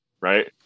right